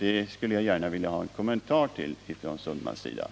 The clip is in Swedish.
Det skulle jag gärna vilja ha en kommentar till från Per Olof Sundman.